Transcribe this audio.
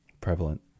prevalent